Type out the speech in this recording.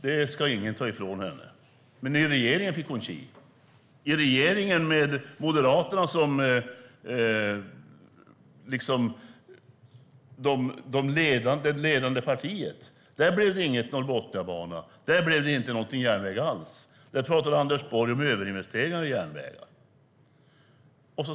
Det ska ingen ta ifrån henne. Men i regeringen fick hon tji. I regeringen med Moderaterna som det ledande partiet blev det ingen Norrbotniabana. Där blev det ingen järnväg alls. Där pratade Anders Borg om överinvesteringar i järnväg.